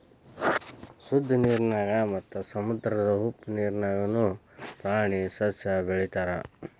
ಶುದ್ದ ನೇರಿನ್ಯಾಗ ಮತ್ತ ಸಮುದ್ರದ ಉಪ್ಪ ನೇರಿನ್ಯಾಗುನು ಪ್ರಾಣಿ ಸಸ್ಯಾ ಬೆಳಿತಾರ